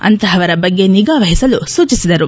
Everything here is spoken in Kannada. ಅಂತಹವರ ಬಗ್ಗೆ ನಿಗಾವಹಿಸಲು ಸೂಚಿಸಿದರು